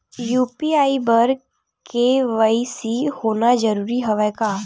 UPI बर KYC होना जरूरी हवय का?